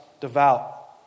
devout